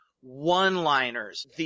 one-liners